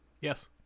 yes